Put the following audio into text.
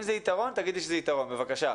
אם זה יתרון, תגידי שזה יתרון, בבקשה.